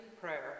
prayer